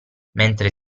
mentre